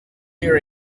near